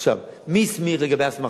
עכשיו, מי הסמיך, לגבי הסמכה,